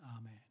Amen